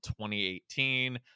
2018